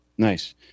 Nice